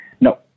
No